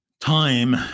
time